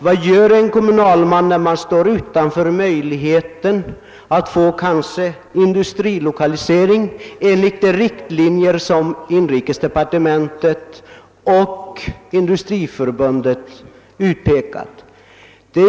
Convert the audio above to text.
Vad gör en kommunalman i en kommun som upptäcker att kommunen står utan möjlighet att få stöd för industrilokalisering enligt de riktlinjer som = inrikesdepartementet och Industriförbundet dragit upp?